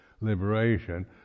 liberation